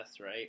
right